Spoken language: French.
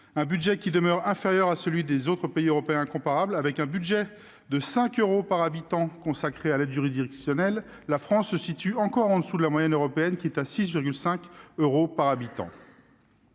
Son budget demeure inférieur à celui des autres pays européens comparables. Avec un budget de 5 euros par habitant consacré à l'aide juridictionnelle, la France se situe encore en dessous de la moyenne européenne, qui est de 6,50 euros par habitant.